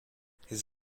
his